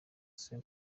sea